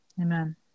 Amen